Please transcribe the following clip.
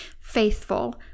faithful